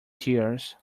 tears